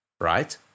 Right